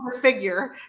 figure